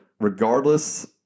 regardless